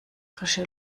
frische